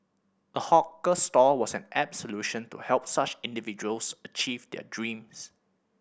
a hawker stall was an apt solution to help such individuals achieve their dreams